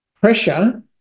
pressure